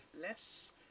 less